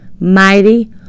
mighty